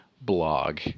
blog